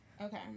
Okay